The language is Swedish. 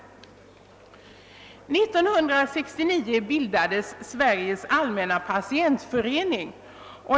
1969 bildades Sveriges allmänna patientförening.